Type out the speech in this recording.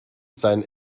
seinen